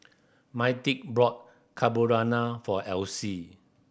Myrtice bought Carbonara for Elise